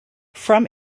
from